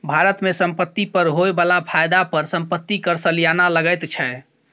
भारत मे संपत्ति पर होए बला फायदा पर संपत्ति कर सलियाना लगैत छै